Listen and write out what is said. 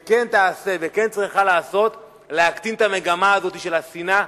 וכן תעשה וכן צריכה לעשות להקטין את המגמה הזאת של השנאה,